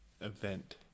event